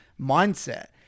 mindset